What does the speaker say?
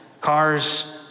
Cars